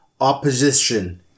opposition